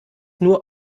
nur